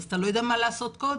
אז אתה לא יודע מה לעשות קודם.